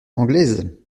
anglaises